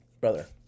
Brother